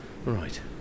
Right